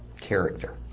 character